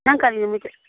ꯅꯪ ꯀꯔꯤ ꯅꯨꯃꯤꯠꯇ